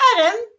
Adam